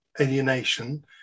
alienation